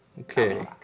Okay